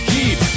Keep